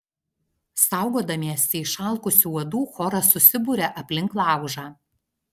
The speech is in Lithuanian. saugodamiesi išalkusių uodų choras susiburia aplink laužą